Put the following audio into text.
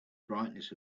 brightness